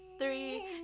Three